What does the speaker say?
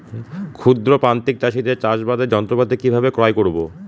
ক্ষুদ্র প্রান্তিক চাষীদের চাষাবাদের যন্ত্রপাতি কিভাবে ক্রয় করব?